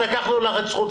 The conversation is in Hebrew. אלכס, אם הוא לא